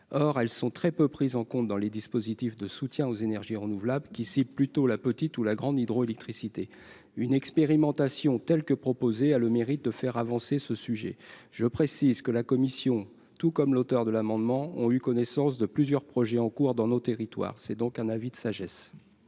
or elles sont très peu pris en compte dans les dispositifs de soutien aux énergies renouvelables, qui, c'est plutôt la petite ou la grande hydroélectricité une expérimentation, telle que proposée a le mérite de faire avancer ce sujet, je précise que la commission, tout comme l'auteur de l'amendement ont eu connaissance de plusieurs projets en cours dans nos territoires, c'est donc un avis de sagesse.